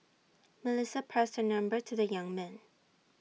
Melissa passed her number to the young man